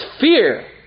fear